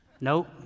Nope